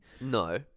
No